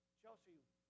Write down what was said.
Chelsea